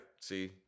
see